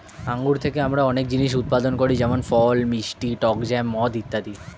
আঙ্গুর থেকে আমরা অনেক জিনিস উৎপাদন করি যেমন ফল, মিষ্টি, টক জ্যাম, মদ ইত্যাদি